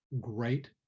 great